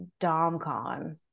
DomCon